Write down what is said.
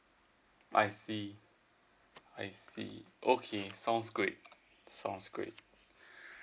I see I see okay sounds great sounds great